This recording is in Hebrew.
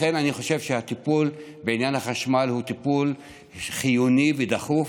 לכן אני חושב שהטיפול בעניין החשמל הוא טיפול חיוני ודחוף,